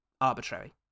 arbitrary